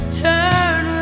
turn